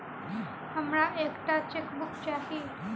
हमरा एक टा चेकबुक चाहि